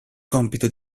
compito